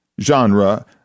genre